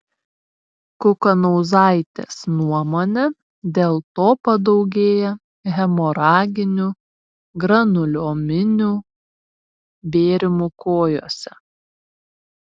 kukanauzaitės nuomone dėl to padaugėja hemoraginių granuliominių bėrimų kojose